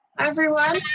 everyone,